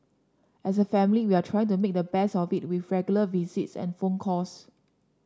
as a family we are trying to make the best of it with regular visits and phone calls